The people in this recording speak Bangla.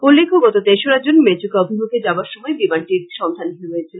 উল্লেখ্য গত তেশোরা জুন মেচুকা অভিমুখে যাবার সময় বিমানটির সন্ধানহীন হয়েছিল